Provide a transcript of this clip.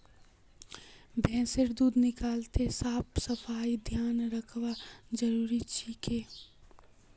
भैंसेर दूध निकलाते साफ सफाईर ध्यान रखना जरूरी छिके